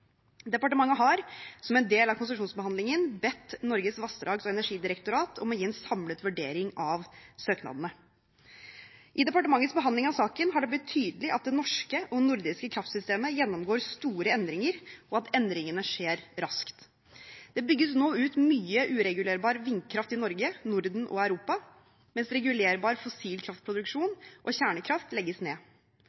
Departementet har, som del av konsesjonsbehandlingen, bedt Norges vassdrags- og energidirektorat om å gi en samlet vurdering av søknadene. I departementets behandling av saken har det blitt tydelig at det norske og nordiske kraftsystemet gjennomgår store endringer, og at endringene skjer raskt. Det bygges nå ut mye uregulerbar vindkraft i Norge, Norden og Europa, mens regulerbar fossil kraftproduksjon